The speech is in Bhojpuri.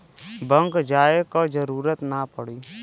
बैंक जाये क जरूरत ना पड़ी